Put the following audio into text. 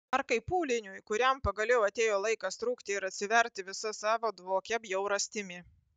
ar kaip pūliniui kuriam pagaliau atėjo laikas trūkti ir atsiverti visa savo dvokia bjaurastimi